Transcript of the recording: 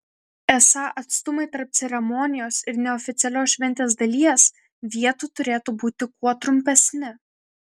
esą atstumai tarp ceremonijos ir neoficialios šventės dalies vietų turėtų būti kuo trumpesni